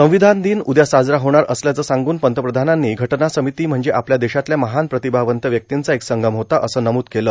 संवधान र्दन उदया साजरा होणार असल्याचं सांगून पंतप्रधानांनी घटना र्सामती म्हणजे आपल्या देशातल्या महान प्रांतभावंत व्यक्तींचा एक संगम होता असं नमूद केलं